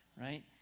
right